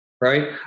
right